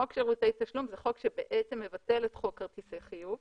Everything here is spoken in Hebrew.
חוק שירותי תשלום הוא חוק שבעצם מבטל את חוק כרטיסי חיוב,